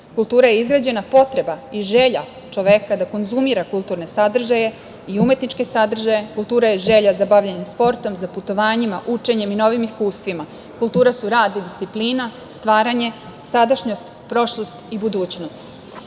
Kultura je izgrađena potreba i želja čoveka da konzumira kulturne sadržaje i umetničke sadržaje. Kultura je želja za bavljenjem sportom, za putovanjima, učenjem i novim iskustvima. Kultura su rad i disciplina, stvaranje, sadašnjost, prošlost i budućnost. Svakako